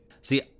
See